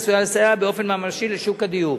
עשויה לסייע באופן ממשי לשוק הדיור,